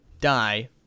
die